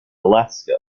alaska